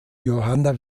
johanna